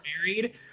married